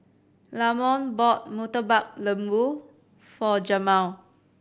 Lamont bought Murtabak Lembu for Jemal